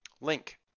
link